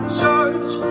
church